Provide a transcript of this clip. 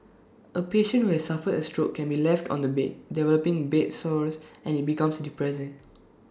A patient who has suffered A stroke can be left on the bed developing bed sores and IT becomes depressing